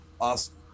Awesome